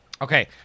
Okay